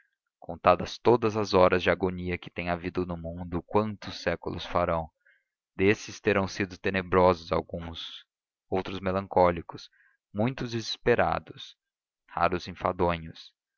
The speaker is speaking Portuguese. contadas todas as horas de agonia que tem havido no mundo quantos séculos farão desses terão sido tenebrosos alguns outros melancólicos muitos desesperados raros enfadonhos